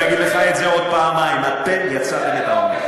ואני אגיד לך את זה עוד פעמיים: אתם יצרתם את העוני.